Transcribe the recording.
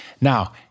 Now